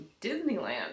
Disneyland